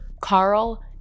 Carl